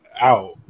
out